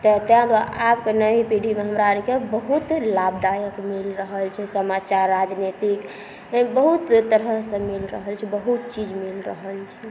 तऽ ताहि दुआरे आबके नई पीढ़ीमे हमरा आरके बहुत लाभदायक मिल रहल छै समाचार राजनीतिक बहुत तरहसँ मिल रहल छै बहुत चीज मिल रहल छै